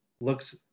looks